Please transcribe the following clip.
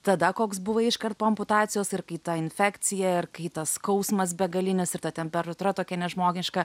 tada koks buvai iškart po amputacijos ir kai ta infekcija ir kai tas skausmas begalinis ir ta temperatūra tokia nežmoniška